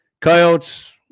Coyotes